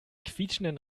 quietschenden